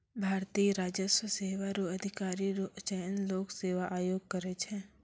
भारतीय राजस्व सेवा रो अधिकारी रो चयन लोक सेवा आयोग करै छै